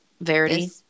Verity